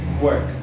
work